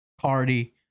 Cardi